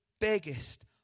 biggest